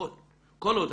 לפחות כל עוד